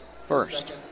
first